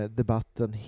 debatten